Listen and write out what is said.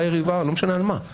22,000. לא, בסדר.